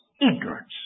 ignorance